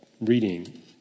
reading